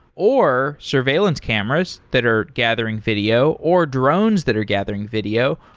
or surveillance cameras that are gathering video, or drones that are gathering video,